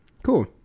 Cool